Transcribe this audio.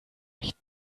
echt